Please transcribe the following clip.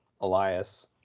Elias